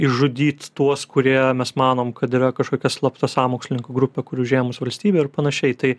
išžudyt tuos kurie mes manom kad yra kažkokia slapta sąmokslininkų grupė kuri užėmus valstybę ir panašiai tai